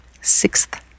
Sixth